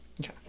Okay